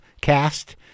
cast